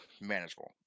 manageable